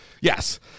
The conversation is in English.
Yes